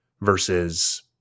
versus